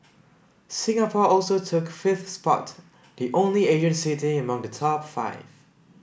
Singapore also took fifth spot the only Asian city among the top five